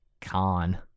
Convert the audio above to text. Con